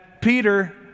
Peter